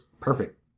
perfect